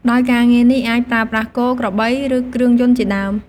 ដោយការងារនេះអាចប្រើប្រាស់គោ ក្របី ឬគ្រឿងយន្តជាដើម។